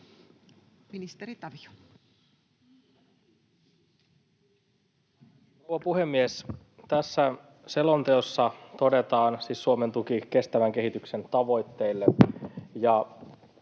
Content: Arvoisa rouva puhemies! Tässä selonteossa todetaan siis Suomen tuki kestävän kehityksen tavoitteille,